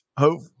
Hope